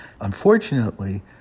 Unfortunately